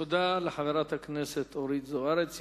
תודה לחברת הכנסת אורית זוארץ.